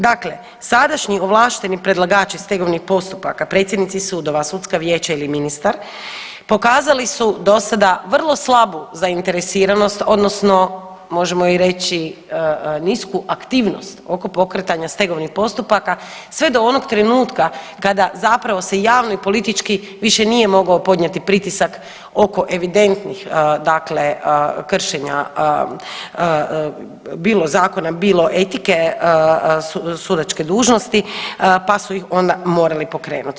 Dakle, sadašnji ovlašteni predlagači stegovnih postupaka, predsjednici sudova, sudska vijeća ili ministar pokazali su do sada vrlo slabu zainteresiranost možemo i reći nisku aktivnost oko pokretanja stegovnih postupaka sve do onog trenutka kada zapravo se javno i politički više nije mogao podnijeti pritisak oko evidentnih dakle kršenja bilo zakona, bilo etike sudačke dužnosti, pa su ih onda morali pokrenuti.